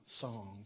songs